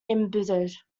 embittered